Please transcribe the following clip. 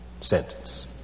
sentence